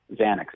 Xanax